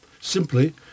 Simply